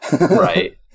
Right